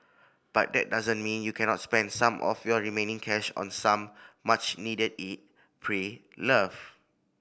but that doesn't mean you cannot spend some of your remaining cash on some much needed eat pray love